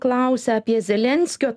klausia apie zelenskio